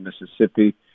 Mississippi